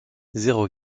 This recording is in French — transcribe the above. zéro